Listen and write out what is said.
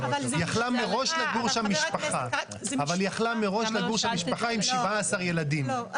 יכלה מראש לגור שם משפחה עם 17 ילדים.